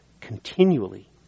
continually